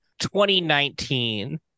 2019